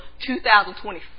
2024